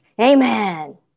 amen